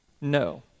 No